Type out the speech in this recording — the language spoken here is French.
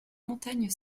montagne